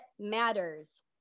matters